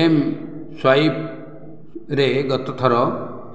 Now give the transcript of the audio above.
ଏମ୍ସ୍ୱାଇପ୍ରେ ଗତ ଥର